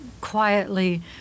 quietly